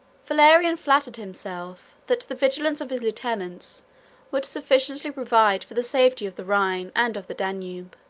valerian flattered himself, that the vigilance of his lieutenants would sufficiently provide for the safety of the rhine and of the danube